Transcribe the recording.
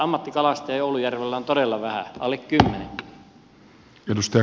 ammattikalastajia oulujärvellä on todella vähän alle kymmenen